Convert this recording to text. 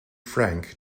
franke